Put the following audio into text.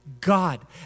God